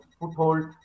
foothold